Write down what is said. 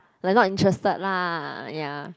like not interested lah ya